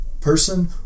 person